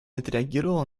отреагировала